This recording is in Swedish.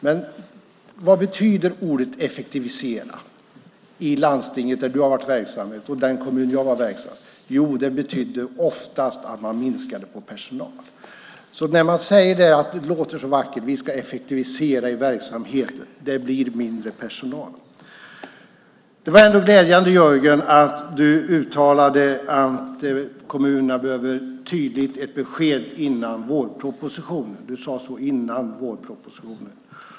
Men vad betyder ordet "effektivisera" i det landsting där du har varit verksam och i den kommun där jag var verksam? Jo, det betyder oftast att man minskar på personal. Det låter så vackert när man säger: Vi ska effektivisera i verksamheten! Men det blir mindre personal. Det var ändå glädjande, Jörgen, att du uttalade att kommunerna tydligt behöver besked före vårpropositionen. Du sade så: före vårpropositionen.